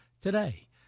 today